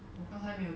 five what